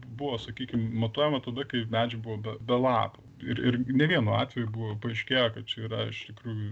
buvo sakykim matuojama tada kai medžiai buvo be be lapų ir ir ne vienu atveju buvo paaiškėjo kad čia yra iš tikrųjų